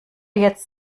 jetzt